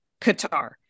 Qatar